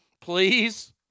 Please